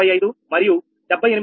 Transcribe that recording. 44125 మరియు 78